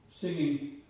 singing